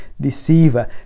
deceiver